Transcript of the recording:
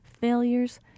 failures